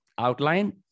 outline